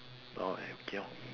orh uh okay lor